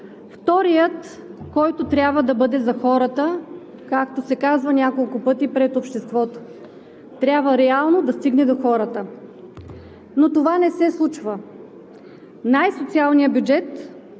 Вторият, който трябва да бъде за хората, както се каза няколко пъти пред обществото, трябва реално да стигне до хората, но това не се случва. Най-социалният бюджет